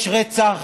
יש רצח